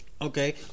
Okay